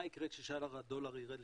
מה יקרה כששער הדולר יירד ל-2.40?